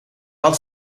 had